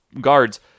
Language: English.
guards